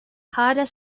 carter